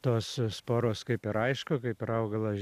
tos sporos kaip ir aišku kaip ir augalas